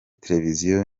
televiziyo